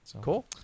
Cool